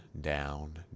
down